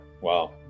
wow